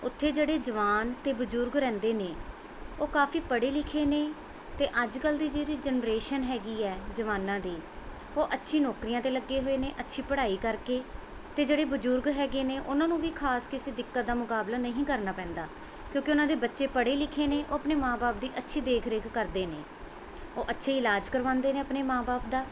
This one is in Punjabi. ਉੱਥੇ ਜਿਹੜੇ ਜਵਾਨ ਅਤੇ ਬਜ਼ੁਰਗ ਰਹਿੰਦੇ ਨੇ ਉਹ ਕਾਫੀ ਪੜ੍ਹੇ ਲਿਖੇ ਨੇ ਅਤੇ ਅੱਜ ਕੱਲ੍ਹ ਦੀ ਜਿਹੜੀ ਜਨਰੇਸ਼ਨ ਹੈਗੀ ਹੈ ਜਵਾਨਾਂ ਦੀ ਉਹ ਅੱਛੀ ਨੌਕਰੀਆਂ 'ਤੇ ਲੱਗੇ ਹੋਏ ਨੇ ਅੱਛੀ ਪੜ੍ਹਾਈ ਕਰਕੇ ਅਤੇ ਜਿਹੜੇ ਬਜ਼ੁਰਗ ਹੈਗੇ ਨੇ ਉਹਨਾਂ ਨੂੰ ਵੀ ਖਾਸ ਕਿਸੇ ਦਿੱਕਤ ਦਾ ਮੁਕਾਬਲਾ ਨਹੀਂ ਕਰਨਾ ਪੈਂਦਾ ਕਿਉਂਕਿ ਉਹਨਾਂ ਦੇ ਬੱਚੇ ਪੜ੍ਹੇ ਲਿਖੇ ਨੇ ਉਹ ਆਪਣੇ ਮਾਂ ਬਾਪ ਦੀ ਅੱਛੀ ਦੇਖ ਰੇਖ ਕਰਦੇ ਨੇ ਉਹ ਅੱਛੇ ਇਲਾਜ ਕਰਵਾਉਂਦੇ ਨੇ ਆਪਣੇ ਮਾਂ ਬਾਪ ਦਾ